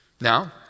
Now